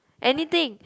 anything